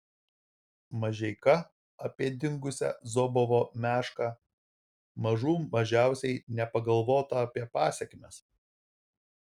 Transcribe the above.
mažeika apie dingusią zobovo mešką mažų mažiausiai nepagalvota apie pasekmes